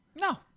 No